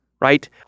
right